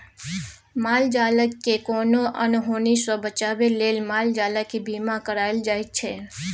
माल जालकेँ कोनो अनहोनी सँ बचाबै लेल माल जालक बीमा कराएल जाइ छै